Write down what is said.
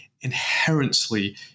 inherently